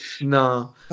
No